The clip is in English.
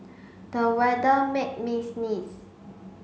the weather made me sneeze